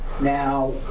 now